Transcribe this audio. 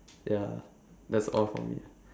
ya that's all for me